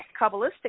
Kabbalistic